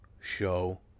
show